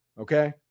okay